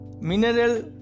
mineral